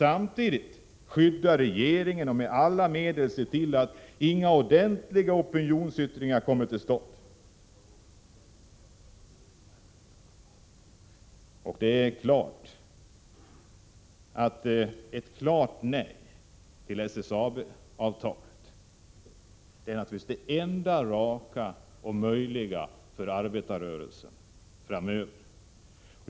Samtidigt skall man skydda regeringen och med alla medel se till att inga ordentliga opinionsyttringar kommer till stånd. Ett klart nej till SSAB-avtalet är det enda raka och möjliga för arbetarrörelsen framöver.